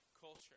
culture